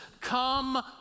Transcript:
come